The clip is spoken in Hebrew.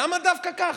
למה דווקא ככה?